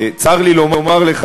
צר לי לומר לך,